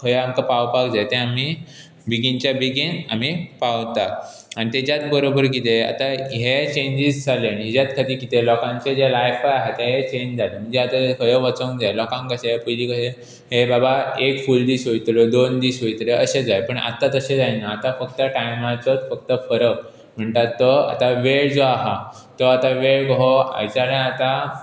खंय आमकां पावपाक जाय तें आमी बेगीनच्या बेगीन आमी पावता आनी ताच्यात बरोबर कितें आतां हे चेंजीस जाले हाच्यात खातीर कितें लोकांचे जे लायफ आसा तेय चेंज जाता म्हणजे आतां खंय वचूंक जाय लोकांक कशें पयलीं कशें हे बाबा एक फूल दीस वतलो दोन दीस वतले अशें जायी पूण आतां तशें जायना आतां फक्त टायमाचोच फक्त फरक म्हणटात तो आतां वेळ जो आसा तो आतां वेळ कसो हांगासल्ल्यान आतां